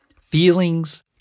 feelings